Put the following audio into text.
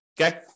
Okay